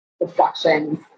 reflections